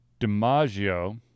DiMaggio